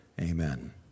Amen